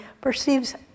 perceives